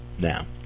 Now